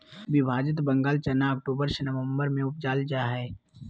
विभाजित बंगाल चना अक्टूबर से ननम्बर में उपजाल जा हइ